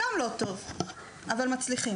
גם לא טוב, אבל מצליחים.